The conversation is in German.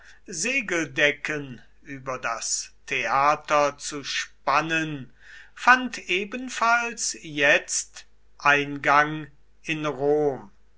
segeldecken über das theater zu spannen fand ebenfalls jetzt eingang in rom